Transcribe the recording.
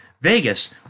Vegas